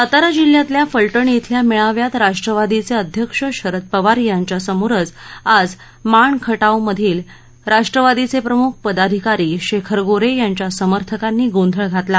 सातारा जिल्ह्यातल्या फलटण श्रिल्या मेळाव्यात राष्ट्रवादीचे अध्यक्ष शरद पवार यांच्यासमोरच आज माण खटावमधील राष्ट्रवादीचे प्रमुख पदाधिकारी शेखर गोरे यांच्या समर्थकांनी गोंधळ घातला